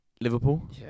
Liverpool